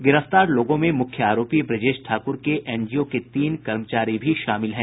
गिरफ्तार लोगों में मुख्य आरोपी ब्रजेश ठाकुर के एनजीओ के तीन कर्मचारी भी शामिल हैं